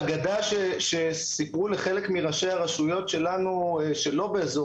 האגדה שסיפרו לחלק מראשי הרשויות שלא באזור